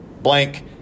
blank